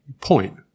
point